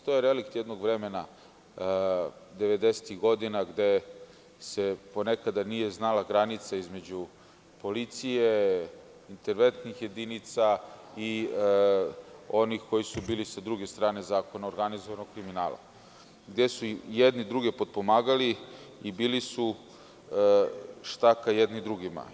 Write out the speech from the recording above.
To je relikt jednog vremena 90-tih godina, gde se po nekada nije znala granica između policije, interventnih jedinica i onih koji su bili s druge strane zakona, organizovanog kriminala, gde su jedni druge potpomagali i bili su štaka jedni drugima.